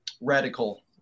radical